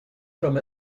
from